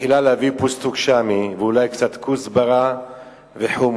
בתחילה להביא פיסטוק-שאמי ואולי קצת כוסברה וחומוס,